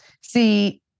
See